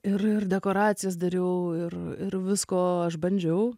ir ir dekoracijas dariau ir ir visko aš bandžiau